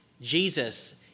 Jesus